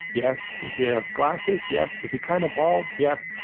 yes. does he have glasses? yes. is he kind of bald? yes.